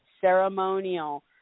ceremonial